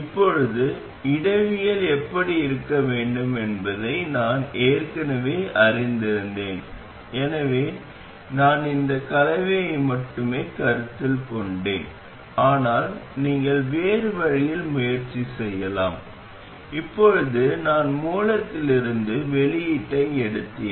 இப்போது இடவியல் எப்படி இருக்க வேண்டும் என்பதை நான் ஏற்கனவே அறிந்திருந்தேன் எனவே நான் இந்த கலவையை மட்டுமே கருத்தில் கொண்டேன் ஆனால் நீங்கள் வேறு வழியில் முயற்சி செய்யலாம் இப்போது நான் மூலத்திலிருந்து வெளியீட்டை எடுத்தேன்